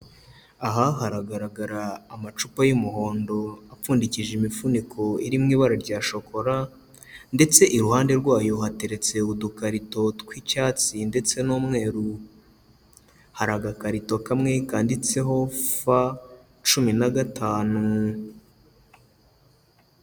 Aha haragaragara amacupa y'umuhondo apfundikije imifuniko iri mu ibara rya shokora, ndetse iruhande rwayo hateretse udukarito tw'icyatsi ndetse n'umweru, hari agakarito kamwe kanditseho fa cumi na gatanu.